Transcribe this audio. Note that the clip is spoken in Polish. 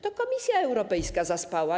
To Komisja Europejska zaspała.